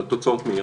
אבל תוצאות מהירות.